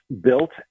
built